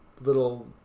little